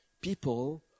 people